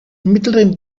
mittleren